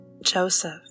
Joseph